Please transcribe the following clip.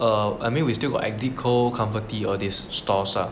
err I mean we still got active cold confetti all these stores ah